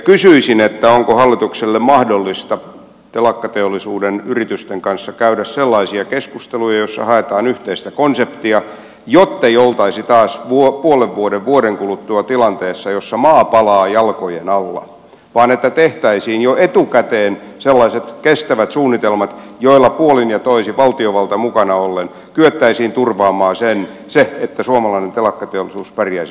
kysyisin onko hallitukselle mahdollista telakkateollisuuden yritysten kanssa käydä sellaisia keskusteluja joissa haetaan yhteistä konseptia jottei oltaisi taas puolen vuoden vuoden kuluttua tilanteessa jossa maa palaa jalkojen alla vaan tehtäisiin jo etukäteen sellaiset kestävät suunnitelmat joilla puolin ja toisin valtiovalta mukana ollen kyettäisiin turvaamaan se että suomalainen telakkateollisuus pärjäisi myöskin huomenna